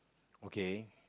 okay